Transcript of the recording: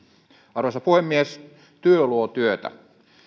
arvoisa puhemies työ luo työtä